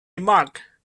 remark